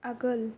आगोल